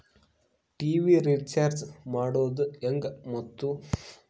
TV recharge ಮಾಡೋದು ಹೆಂಗ ಮತ್ತು?